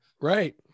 right